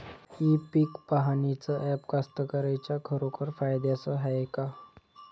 इ पीक पहानीचं ॲप कास्तकाराइच्या खरोखर फायद्याचं हाये का?